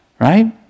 Right